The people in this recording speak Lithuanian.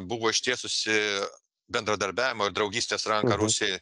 buvo ištiesusi bendradarbiavimo ir draugystės ranką rusijai